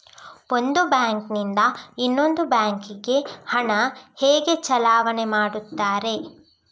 ಒಂದು ಬ್ಯಾಂಕ್ ನಿಂದ ಇನ್ನೊಂದು ಬ್ಯಾಂಕ್ ಗೆ ಹಣ ಹೇಗೆ ಚಲಾವಣೆ ಮಾಡುತ್ತಾರೆ?